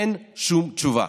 אין שום תשובה.